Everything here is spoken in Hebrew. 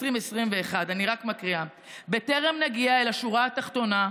אני רק מקריאה: "בטרם נגיע אל 'השורה התחתונה',